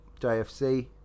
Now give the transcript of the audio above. JFC